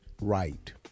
right